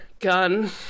Gun